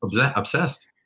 obsessed